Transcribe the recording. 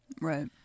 Right